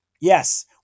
Yes